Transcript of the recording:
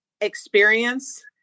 experience